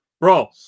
Bro